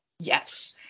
yes